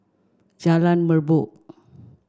Jalan Merbok